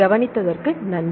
கவனித்ததற்கு நன்றி